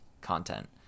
content